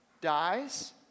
dies